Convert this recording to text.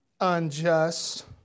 unjust